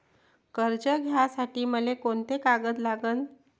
कर्ज घ्यासाठी मले कोंते कागद लागन?